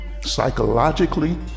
psychologically